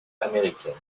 américaine